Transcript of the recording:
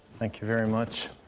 thank you very much.